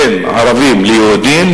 בין ערבים ליהודים,